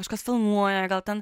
kažkas filmuoja gal ten